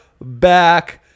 back